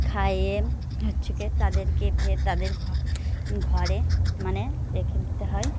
খাইয়ে হচ্ছে কি তাদেরকে ফের তাদের ঘ ঘরে মানে রেখে দিতে হয়